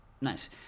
Nice